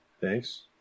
Thanks